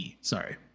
Sorry